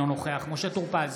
אינו נוכח משה טור פז,